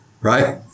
right